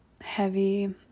heavy